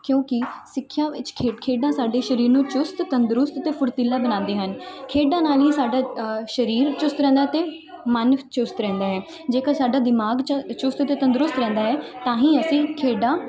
ਕਿਉਂਕਿ ਸਿੱਖਿਆ ਵਿੱਚ ਖੇਡ ਖੇਡਾਂ ਸਾਡੇ ਸਰੀਰ ਨੂੰ ਚੁਸਤ ਤੰਦਰੁਸਤ ਅਤੇ ਫੁਰਤੀਲਾ ਬਣਾਉਂਦੇ ਹਨ ਖੇਡਾਂ ਨਾਲ ਹੀ ਸਾਡਾ ਸਰੀਰ ਚੁਸਤ ਰਹਿੰਦਾ ਅਤੇ ਮਨ ਵੀ ਚੁਸਤ ਰਹਿੰਦਾ ਹੈ ਜੇਕਰ ਸਾਡਾ ਦਿਮਾਗ ਚ ਚੁਸਤ ਅਤੇ ਤੰਦਰੁਸਤ ਰਹਿੰਦਾ ਹੈ ਤਾਂ ਹੀ ਅਸੀਂ ਖੇਡਾਂ